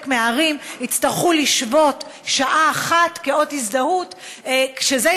מהערים יצטרכו לשבות שעה אחת לאות הזדהות ורק